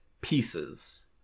pieces